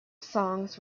songs